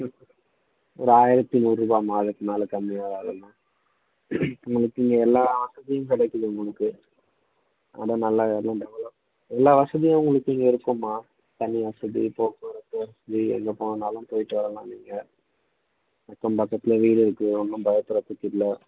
ஒரு ஆயிரத்து நூறுரூபாம்மா அதுக்கு மேலே கம்மியாக வராதுமா உங்களுக்கு இங்கே எல்லா வசதியும் கிடைக்கும் உங்களுக்கு அதுதான் நல்லா எல்லாம் டெவலப் எல்லா வசதியும் உங்களுக்கு இங்கே இருக்குமா தண்ணி வசதி போக்குவரத்து வசதி எங்கே போகன்னாலும் போய்விட்டு வரலாம் நீங்கள் அக்கம் பக்கத்தில் வீடு இருக்குது ஒன்றும் பயப்பட்றதுக்கு இல்லை